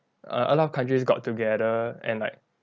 err a lot of countries got together and like